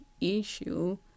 issue